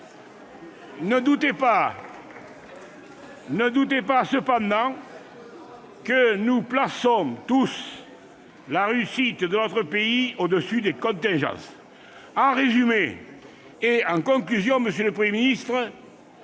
Cependant, ne doutez pas que nous placions tous la réussite de notre pays au-dessus des contingences. En résumé et en conclusion, monsieur le Premier ministre,